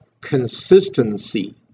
consistency